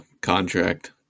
contract